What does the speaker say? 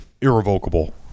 irrevocable